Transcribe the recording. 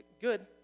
Good